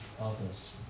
others